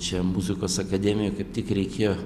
čia muzikos akademijoj kaip tik reikėjo